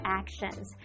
actions 。